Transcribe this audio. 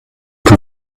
que